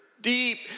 deep